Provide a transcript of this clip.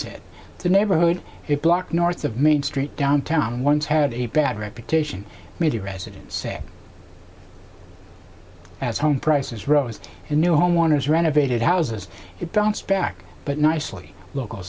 said the neighborhood it block north of main street downtown once had a bad reputation made the residents say as home prices rose in new homeowners renovated houses it bounced back but nicely local